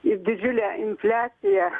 ir didžiulę infliaciją